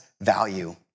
value